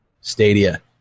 Stadia